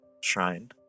shrine